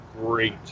great